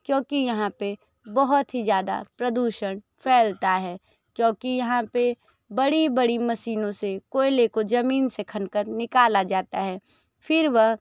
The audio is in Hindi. क्योंकि यहाँ पे बहुत ही ज़्यादा प्रदूषण फैलता है क्योंकि यहाँ पे बड़ी बड़ी मशीनों से कोयले को जमीन से खनन कर निकाला जाता है फिर वह